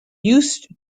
used